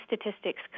statistics